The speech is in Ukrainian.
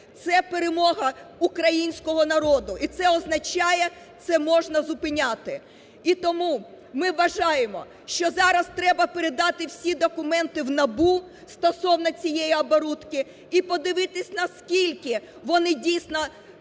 Це перемога українського народу, і це означає – це можна зупиняти. І тому ми вважаємо, що зараз треба передати всі документи в НАБУ стосовно цієї оборутки і подивитися, наскільки вони, дійсно,